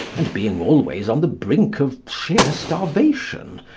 and being always on the brink of sheer starvation,